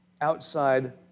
outside